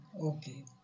Okay